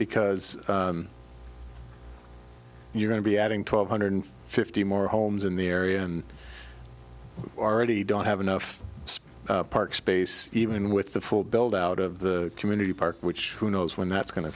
because you're going to be adding twelve hundred fifty more homes in the area and already don't have enough park space even with the full build out of the community park which who knows when that's going to